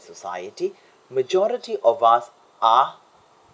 society majority of us are